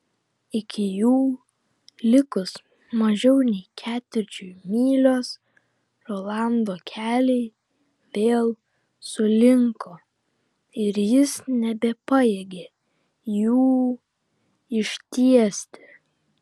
iki jų likus mažiau nei ketvirčiui mylios rolando keliai vėl sulinko ir jis nebepajėgė jų ištiesti